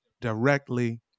directly